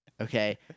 Okay